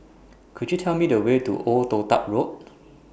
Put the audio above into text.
Could YOU Tell Me The Way to Old Toh Tuck Road